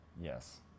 Yes